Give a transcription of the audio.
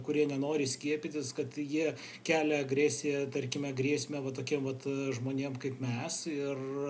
kurie nenori skiepytis kad jie kelia agresiją tarkime grėsmę va tokie vat žmonėm kaip mes ir